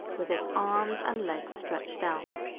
with its arms and legs stretched out.